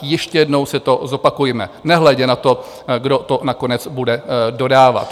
Ještě jednou si to zopakujme, nehledě na to, kdo to nakonec bude dodávat.